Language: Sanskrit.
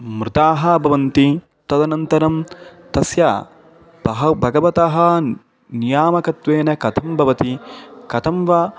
मृताः भवन्ति तदनन्तरं तस्य बह भगवतः न् नियामकत्वेन कथं भवति कथं वा